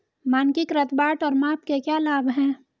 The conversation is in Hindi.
मानकीकृत बाट और माप के क्या लाभ हैं?